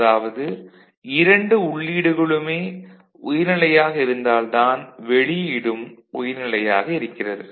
அதாவது இரண்டு உள்ளீடுகளுமே உயர்நிலையாக இருந்தால் தான் வெளியீடும் உயர் நிலையாக இருக்கிறது